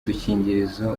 udukingirizo